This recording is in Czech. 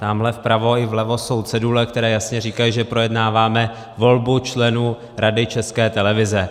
Tamhle vpravo i vlevo jsou cedule, které jasně říkají, že projednáváme volbu členů Rady České televize.